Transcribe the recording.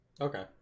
okay